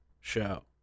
show